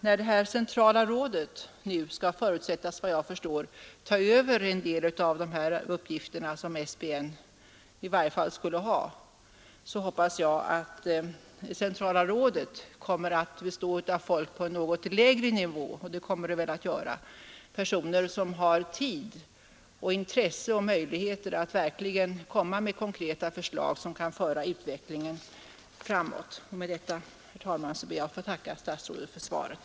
När det centrala rådet nu, vad jag förstår, skall förutsättas ta över en del av de uppgifter som SBN i varje fall skulle ha, hoppas jag att rådet kommer att bestå av folk på något lägre nivå — och det kommer det väl att göra —, av personer som har tid och intresse och möjligheter att verkligen komma med konkreta förslag som kan föra utvecklingen framåt. Med detta, herr talman, ber jag att få tacka statsrådet för svaret.